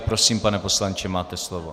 Prosím, pane poslanče, máte slovo.